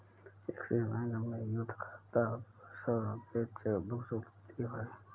axis bank में youth खाता पर सौ रूपये चेकबुक शुल्क देय है